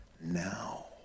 now